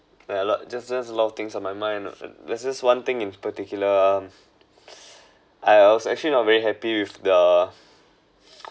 there are a lot just just a lot of things on my mind lah there's one thing in particular I was actually not very happy with the